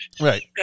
right